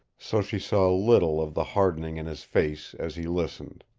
so she saw little of the hardening in his face as he listened.